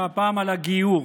והפעם על הגיור.